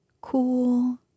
Cool